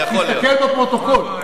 תסתכל בפרוטוקול.